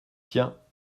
tiens